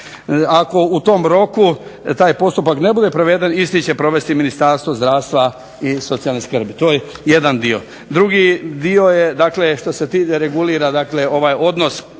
Ako u tom roku taj postupak ne bude proveden isti će provesti Ministarstvo zdravstva i socijalne skrbi. To je jedan dio. Drugi dio je dakle regulira ovaj